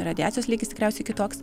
radiacijos lygis tikriausiai kitoks